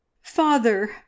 father